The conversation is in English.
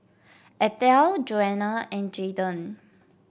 Ethel Joana and Jayden